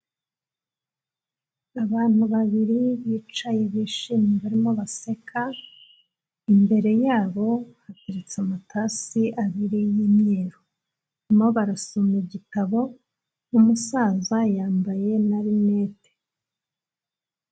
Abantu babiri bicaye bishimye barimo baseka, imbere yabo hateretse amatasi abiri y'imyeru, barimo barasoma igitabo umusaza yambaye na rinete.